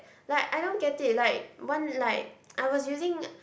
like I don't get it like one like I was using